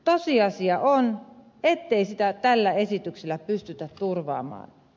tosiasia on ettei sitä tällä esityksellä pystytä turvaamaan